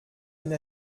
une